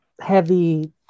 heavy